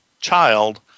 child